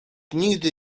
nigdy